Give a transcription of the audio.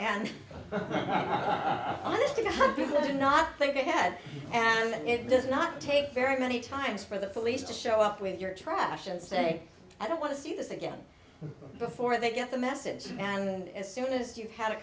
did not think ahead and it does not take very many times for the police to show up with your trash and say i don't want to see this again before they get the message and as soon as you had a